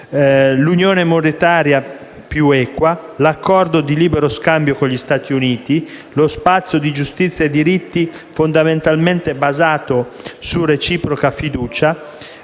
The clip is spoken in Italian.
l'unione monetaria più equa, l'accordo di libero scambio con gli Stati Uniti, lo spazio di giustizia e diritti fondamentalmente basati su reciproca fiducia,